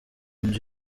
nzu